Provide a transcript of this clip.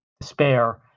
despair